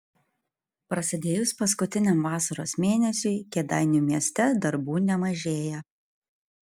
prasidėjus paskutiniam vasaros mėnesiui kėdainių mieste darbų nemažėja